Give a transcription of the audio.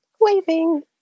Waving